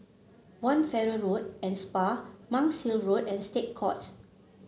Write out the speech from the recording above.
One Farrer Road and Spa Monk's Hill Road and State Courts